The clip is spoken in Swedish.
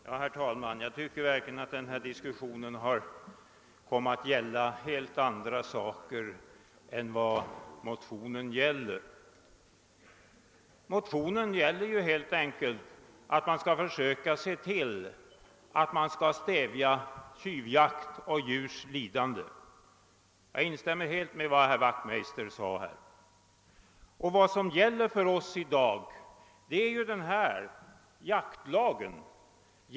Herr talman! Jag tycker verkligen att denna diskussion har kommit att gälla helt andra saker än vad motionen omfattar. Motionen gäller ju helt enkelt att man skall försöka stävja tjuvjakt och förhindra djurs lidande. Jag instämmer helt i vad herr Wachtmeister sade. Vad som gäller i dag är jaktlagen.